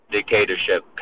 Dictatorship